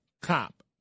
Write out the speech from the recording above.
cop